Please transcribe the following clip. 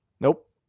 Nope